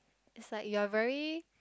is like you are very